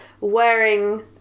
wearing